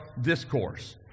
Discourse